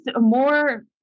more